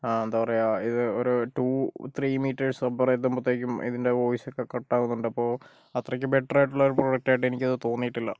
എന്താ പറയുക ഇത് ഒരു ടു ത്രീ മീറ്റെർസ് അപ്പറം എത്തുമ്പൊത്തേക്കും ഇതിൻ്റെ വോയിസൊക്കെ കട്ടാവുന്നുണ്ട് അപ്പോൾ അത്രക്ക് ബെറ്റർ ആയിട്ടുള്ള പ്രോഡക്റ്റായിട്ട് എനിക്കത് തോന്നിയിട്ടില്ല